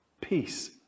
Peace